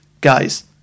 guys